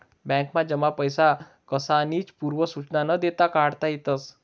बॅकमा जमा पैसा कसानीच पूर्व सुचना न देता काढता येतस